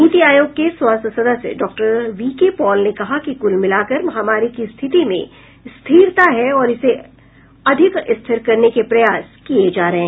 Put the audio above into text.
नीति आयोग के स्वास्थ्य सदस्य डॉक्टर वी के पॉल ने कहा कि कुल मिलाकर महामारी की स्थिति में स्थिरता है और इसे और अधिक स्थिर करने के प्रयास किए जा रहे हैं